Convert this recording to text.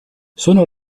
sono